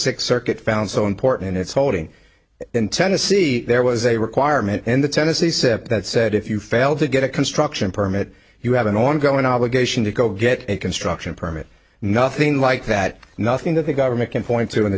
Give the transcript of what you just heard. six circuit found so important and it's holding in tennessee there was a requirement in the tennessee sept that said if you fail to get a construction permit you have an ongoing obligation to go get a construction permit nothing like that nothing that the government can point to in